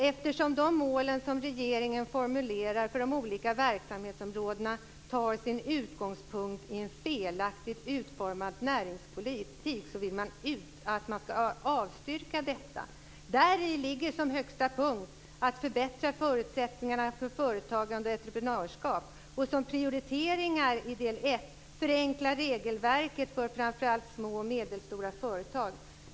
Eftersom de mål som regeringen formulerar för de olika verksamhetsområdena har sin utgångspunkt i en felaktigt utformad näringspolitik vill man att detta avstyrks. Däri ligger som högsta punkt att förbättra förutsättningarna för företagande och entreprenörskap och som prioriteringar i del 1 att förenkla regelverket för framför allt små och medelstora företag.